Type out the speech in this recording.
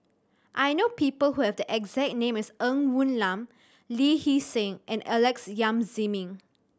I know people who have the exact name as Ng Woon Lam Lee Hee Seng and Alex Yam Ziming